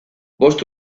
bost